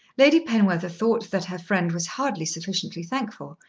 lady penwether thought that her friend was hardly sufficiently thankful,